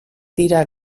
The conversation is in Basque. dira